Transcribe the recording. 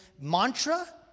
mantra